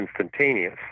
instantaneous